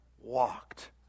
walked